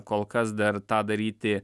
kol kas dar tą daryti